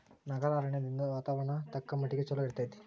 ನಗರ ಅರಣ್ಯದಿಂದ ವಾತಾವರಣ ತಕ್ಕಮಟ್ಟಿಗೆ ಚಲೋ ಇರ್ತೈತಿ